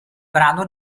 brano